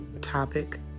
topic